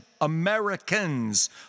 Americans